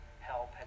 help